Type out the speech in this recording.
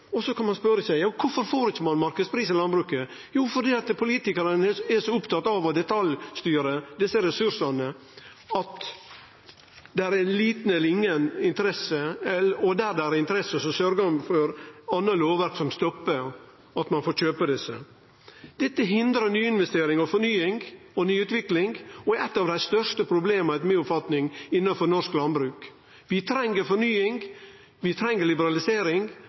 landbruket. Så kan ein spørje seg: Kvifor får ein ikkje marknadspris i landbruket? Jo, det er fordi politikarane er så opptekne av å detaljstyre desse ressursane at det er lita eller inga interesse, og der det er interesse, sørgjer ein for andre lovverk som stoppar at ein får kjøpe desse. Dette hindrar nyinvestering, fornying og nyutvikling, og det er etter mi oppfatning eitt av dei største problema innanfor norsk landbruk. Vi treng fornying, vi treng liberalisering,